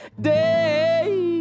day